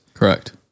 Correct